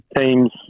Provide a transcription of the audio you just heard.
teams